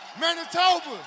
manitoba